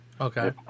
Okay